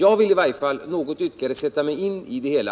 Jag vill i varje fall något ytterligare sätta mig in i det hela.